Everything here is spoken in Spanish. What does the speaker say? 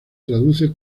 traduce